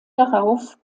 darauf